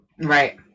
Right